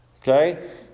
okay